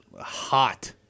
hot